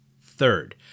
Third